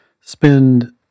spend